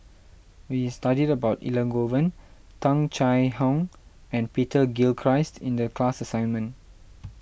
we studied about Elangovan Tung Chye Hong and Peter Gilchrist in the class assignment